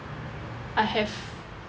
I have